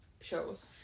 Shows